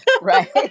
Right